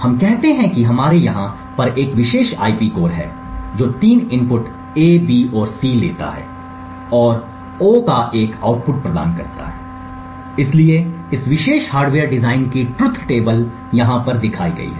हम कहते हैं कि हमारे यहाँ पर एक विशेष IP कोर है जो तीन इनपुट A B और C लेता है और O का एक आउटपुट प्रदान करता है इसलिए इस विशेष हार्डवेयर डिज़ाइन की ट्रुथ टेबल यहाँ पर दिखाई गई है